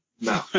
No